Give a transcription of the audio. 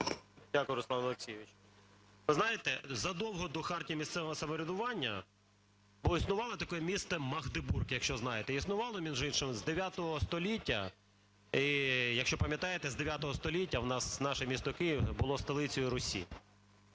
Дякую, Руслан Олексійович. Ви знаєте, задовго до Хартії місцевого самоврядування існувало таке місто Магдебург, якщо знаєте, існувало, між іншим, з IX століття. І, якщо пам'ятаєте, з IX століття наше місто Київ було столицею Русі.